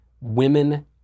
women